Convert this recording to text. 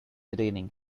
raining